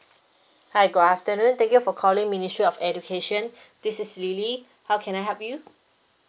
hi good afternoon thank you for calling ministry of education this is lily how can I help you